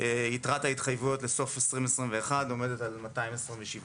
יתרת ההתחייבויות לסוף 2021 עומדת על 227 מיליארד.